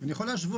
אני יכול להשוות.